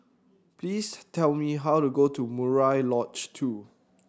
please tell me how to go to Murai Lodge Two